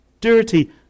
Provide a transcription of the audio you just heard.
dirty